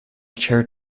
chair